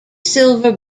silver